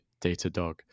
Datadog